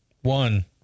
one